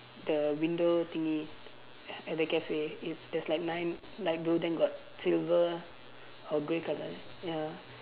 the window thingy at the cafe is there's like nine light blue then got silver or grey colour ya